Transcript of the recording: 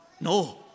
no